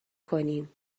کنیم